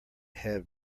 have